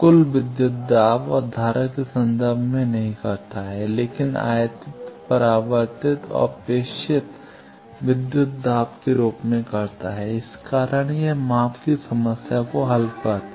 कुल विद्युत दाब और धारा के संदर्भ में नहीं करता है लेकिन आयातित परावर्तित और प्रेषित विद्युत दाब के रूप में करता है इस कारण यह माप की समस्या को हल करता है